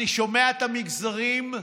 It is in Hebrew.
אני שומע את המגזרים,